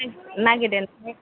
नागेरदेरनोसै